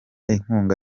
inkunga